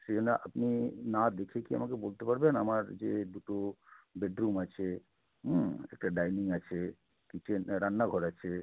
সেই জন্য আপনি না দেখে কি আমাকে বলতে পারবেন আমার যে দুটো বেডরুম আছে একটা ডাইনিং আছে কিচেন রান্নাঘর আছে